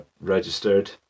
registered